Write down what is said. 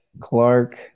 Clark